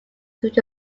through